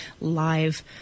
live